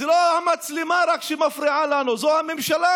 זאת לא רק המצלמה שמפריעה לנו; זאת הממשלה,